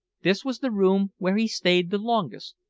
this was the room where he stayed the longest.